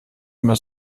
immer